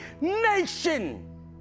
nation